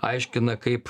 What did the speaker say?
aiškina kaip